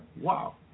Wow